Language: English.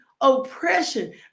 Oppression